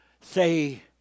say